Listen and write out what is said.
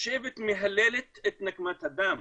השבט מהלל את נקמת הדם,